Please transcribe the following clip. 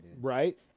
Right